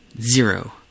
zero